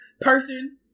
person